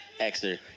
Exer